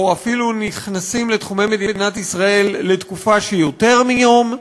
או אפילו נכנסים לתחומי מדינת ישראל לתקופה שהיא יותר מיום,